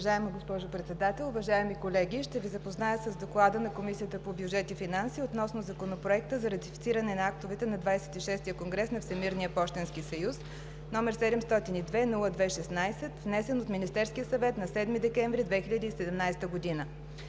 Уважаема госпожо Председател, уважаеми колеги! Ще Ви запозная с „ДОКЛАД на Комисията по бюджет и финанси относно Законопроект за ратифициране на актовете на ХХVI конгрес на Всемирния пощенски съюз, №702-02-16, внесен от Министерския съвет на 7 февруари 2017 г.